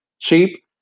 cheap